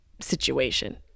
situation